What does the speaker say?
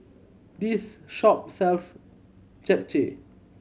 this shop sells Japchae